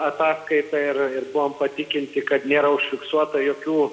ataskaitą ir buvome patikinti kad nėra užfiksuota jokių